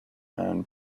and